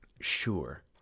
sure